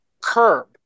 curb